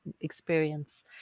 experience